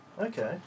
Okay